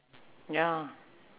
ya lah